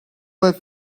but